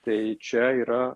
tai čia yra